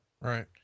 right